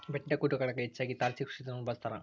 ಬೆಟ್ಟಗುಡ್ಡಗುಳಗ ಹೆಚ್ಚಾಗಿ ತಾರಸಿ ಕೃಷಿ ವಿಧಾನವನ್ನ ಬಳಸತಾರ